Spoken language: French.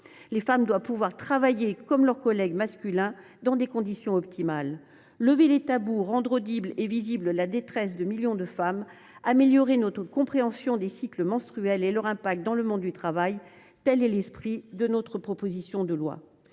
Les femmes doivent pouvoir travailler, comme leurs collègues masculins, dans des conditions optimales. Lever les tabous, rendre audible et visible la détresse de millions de femmes, améliorer notre compréhension des cycles menstruels et leur incidence dans le monde du travail, tel est l’esprit de notre proposition de loi.